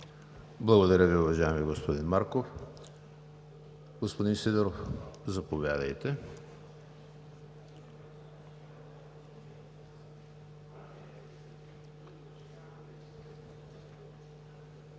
Благодаря Ви, уважаеми господин Марков. Господин Сидеров, заповядайте.